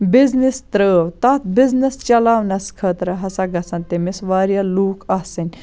business ترٲو تَتھ business چَلاونَس خٲطرٕ ہَسا گَژھَن تٔمِس واریاہ لُکھ آسٕنۍ